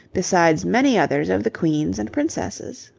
besides many others of the queens and princesses.